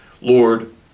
Lord